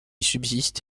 subsiste